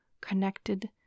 connected